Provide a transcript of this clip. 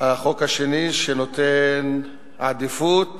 החוק השני, שנותן עדיפות